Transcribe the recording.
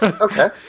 Okay